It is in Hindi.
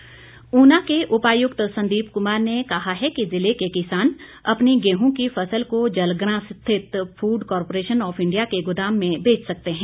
संदीप कुमार ऊना के उपायुक्त संदीप कुमार ने कहा है कि जिले के किसान अपनी गेंह की फसल का जलग्रां स्थित फूड कॉरपोरेशन ऑफ इंडिया के गोदाम में बेच सकते है